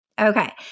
Okay